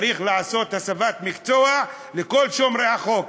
צריך לעשות הסבת מקצוע לכל שומרי החוק,